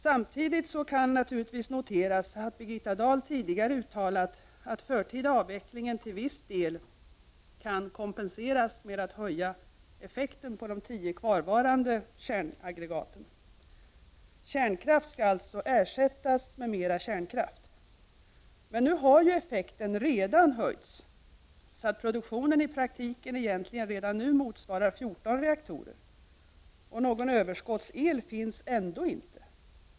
Samtidigt kan naturligtvis noteras att Birgitta Dahl tidigare uttalat, att förtida avveckling till viss del kan kompenseras med att höja effekten på de tio kvarvarande kärnkraftsaggregaten. Kärnkraft skall alltså ersättas med mera kärnkraft! Men nu har ju effekten redan höjts så att produktionen i praktiken egentligen redan nu motsvarar 14 reaktorer, och någon överskottsel finns ändå inte.